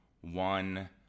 one